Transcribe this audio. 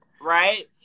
right